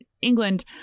england